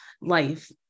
life